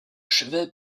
chevet